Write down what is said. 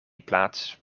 plaats